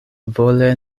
vole